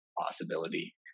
possibility